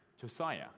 Josiah